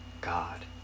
God